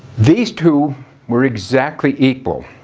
these two were exactly equal.